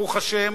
ברוך השם,